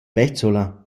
bezzola